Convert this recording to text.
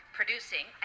producing